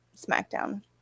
SmackDown